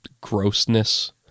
grossness